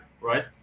right